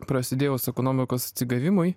prasidėjus ekonomikos atsigavimui